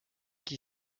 qui